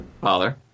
father